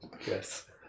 Yes